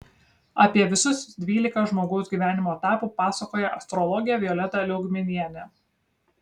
apie visus dvylika žmogaus gyvenimo etapų pasakoja astrologė violeta liaugminienė